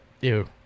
ew